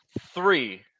three